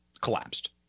collapsed